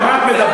על מה את מדברת?